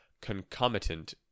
concomitant